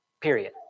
period